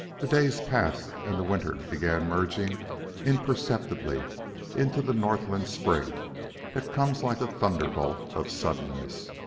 the days passed, and the winter began merging imperceptibly into the northland spring that comes like a thunderbolt of suddenness.